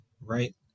right